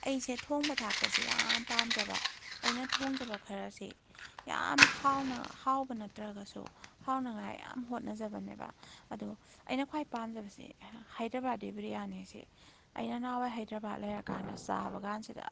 ꯑꯩꯁꯦ ꯊꯣꯡꯕ ꯊꯥꯛꯄꯁꯦ ꯌꯥꯝ ꯄꯥꯝꯖꯕ ꯑꯩꯅ ꯊꯣꯡꯖꯕ ꯈꯔꯁꯤ ꯌꯥꯝꯅ ꯍꯥꯎꯅ ꯍꯥꯎꯕ ꯅꯠꯇ꯭ꯔꯒꯁꯨ ꯍꯥꯎꯅꯉꯥꯏ ꯌꯥꯝ ꯍꯣꯠꯅꯖꯕꯅꯦꯕ ꯑꯗꯣ ꯑꯩꯅ ꯈ꯭ꯋꯥꯏ ꯄꯥꯝꯖꯕꯁꯤ ꯍꯩꯗ꯭ꯔꯕꯥꯗꯤ ꯕꯤꯔꯌꯥꯅꯤꯁꯤ ꯑꯩꯅ ꯅꯍꯥꯟꯋꯥꯏ ꯍꯩꯗ꯭ꯔꯕꯥꯗ ꯂꯩꯔ ꯀꯥꯟꯗ ꯆꯥꯕ ꯀꯥꯟꯁꯤꯗ